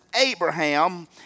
Abraham